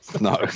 no